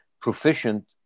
proficient